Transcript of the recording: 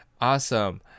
Awesome